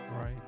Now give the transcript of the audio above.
right